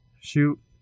shoot